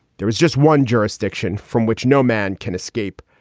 there was just one jurisdiction from which no man can escape.